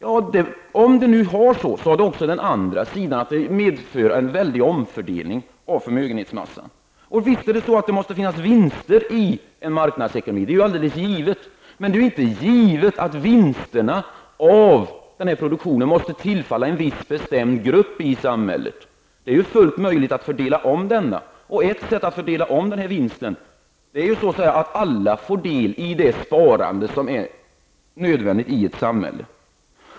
Men även om det har en sådan effekt, har det även en annan sida. Det medför en stor omfördelning av förmögenhetsmassan. Visst är det så att det måste finnas vinster i en marknadsekonomi. Det är ju alldeles givet. Men det är inte givet att vinsterna av produktionen måste tillfalla en viss bestämd grupp i samhället. Det är fullt möjligt att fördela om dem. Ett sätt att fördela om vinsten är att alla får del i det sparande som är nödvändigt i ett samhälle.